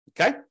Okay